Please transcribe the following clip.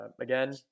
Again